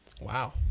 wow